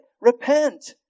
Repent